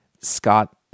Scott